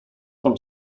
from